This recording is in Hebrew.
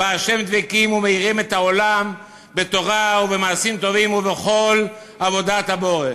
בה' דבקים ומאירים את העולם בתורה ובמעשים טובים ובכל עבודת הבורא.